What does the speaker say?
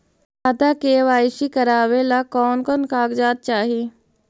खाता के के.वाई.सी करावेला कौन कौन कागजात चाही?